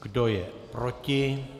Kdo je proti?